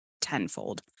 tenfold